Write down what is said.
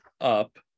up